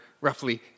roughly